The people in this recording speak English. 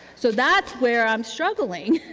so that's where i'm struggling.